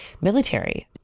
military